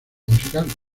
musical